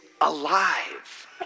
alive